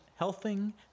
healthing